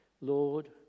Lord